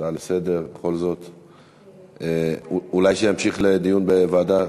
ההצעה לסדר-היום, אולי תמשיך לדיון בוועדה?